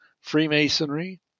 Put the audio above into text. Freemasonry